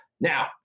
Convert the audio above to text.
Now